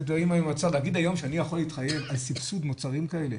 להגיד היום שאני יכול להתחייב על סבסוד מוצרים כאלה?